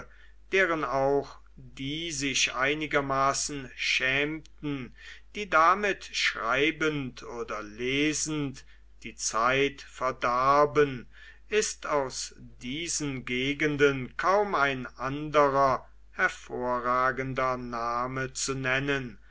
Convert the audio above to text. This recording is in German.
deren auch die sich einigermaßen schämten die damit schreibend oder lesend die zeit verdarben ist aus diesen gegenden kaum ein anderer hervorragender name zu nennen